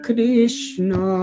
Krishna